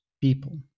people